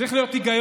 צריך להיות היגיון.